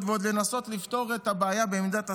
ועוד לנסות לפתור את הבעיה במידת הצורך.